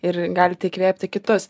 ir galite įkvėpti kitus